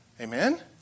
Amen